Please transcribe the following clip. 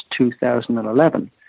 2011